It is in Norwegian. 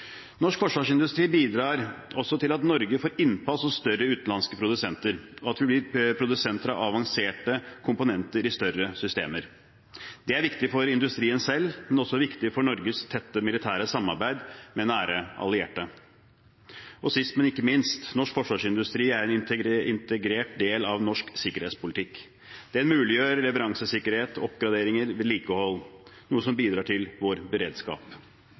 Norsk forsvarsindustri bidrar også til at Norge får innpass hos større utenlandske produsenter, og at vi blir produsenter av avanserte komponenter i større systemer. Det er viktig for industrien selv, men også viktig for Norges tette militære samarbeid med nære allierte. Og sist, men ikke minst, norsk forsvarsindustri er en integrert del av norsk sikkerhetspolitikk. Den muliggjør leveransesikkerhet, oppgraderinger og vedlikehold, noe som bidrar til vår beredskap.